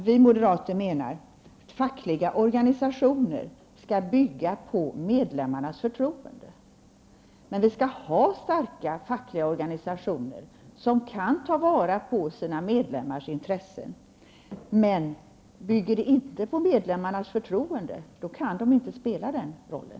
Vi moderater menar att fackliga organisationer skall bygga på medlemmarnas förtroende. Vi skall ha starka fackliga organisationer som kan ta till vara sina medlemmars intressen. Men bygger de inte på medlemmarnas förtroende, kan de inte spela den rollen.